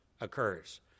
occurs